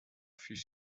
fut